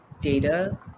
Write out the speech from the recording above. data